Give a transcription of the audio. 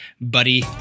buddy